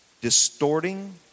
Distorting